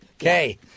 okay